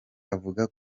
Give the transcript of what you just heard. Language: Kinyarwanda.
avuga